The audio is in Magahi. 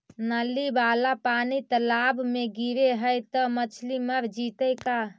नली वाला पानी तालाव मे गिरे है त मछली मर जितै का?